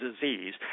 disease